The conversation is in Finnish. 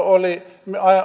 oli